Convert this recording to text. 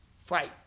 fight